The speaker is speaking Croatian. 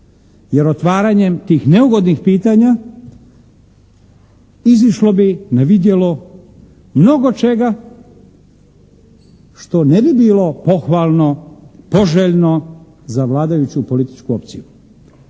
jer otvaranjem tih neugodnih pitanja izišlo bi na vidjelo mnogo čega što ne bi bilo pohvalno, poželjno za vladajuću političku opciju.